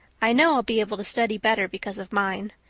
i know i'll be able to study better because of mine.